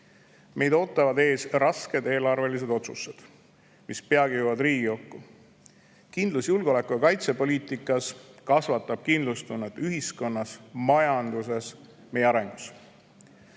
ootavad ees rasked eelarvelised otsused, mis peagi jõuavad Riigikokku. Kindlus julgeoleku- ja kaitsepoliitikas kasvatab kindlustunnet ühiskonnas, majanduses, meie arengus.